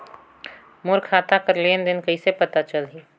मोर खाता कर लेन देन कइसे पता चलही?